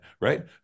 Right